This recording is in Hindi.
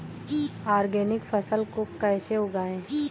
ऑर्गेनिक फसल को कैसे उगाएँ?